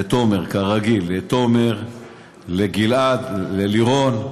לתומר, כרגיל: לתומר, לגלעד, ללירון,